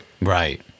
Right